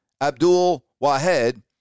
Abdul-Wahed